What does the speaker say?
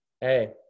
Hey